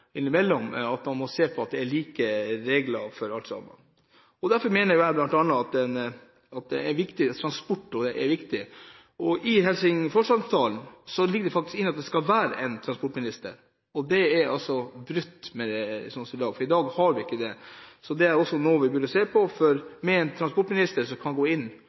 til at det er like regler for alle. Derfor mener jeg at bl.a. transport er viktig. I Helsingforsavtalen ligger det faktisk inne at det skal være en transportminister – og her er det altså et brudd, for i dag har vi ikke det. Det er også noe vi burde se på. Med en transportminister kunne man eventuelt gå inn